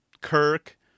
Kirk